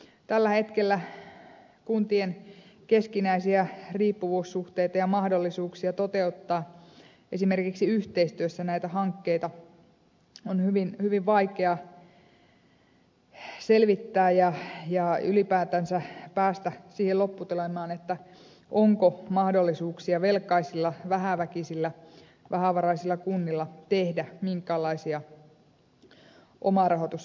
tällä hetkellä kuntien keskinäisiä riippuvuussuhteita ja mahdollisuuksia toteuttaa esimerkiksi yhteistyössä näitä hankkeita on hyvin vaikea selvittää ja ylipäätänsä päästä siihen lopputulemaan onko mahdollisuuksia velkaisilla vähäväkisillä vähävaraisilla kunnilla tehdä minkäänlaisia omarahoitussatsauksia